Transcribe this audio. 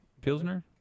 Pilsner